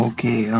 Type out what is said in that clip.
Okay